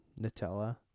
Nutella